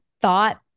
thought